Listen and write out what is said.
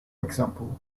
example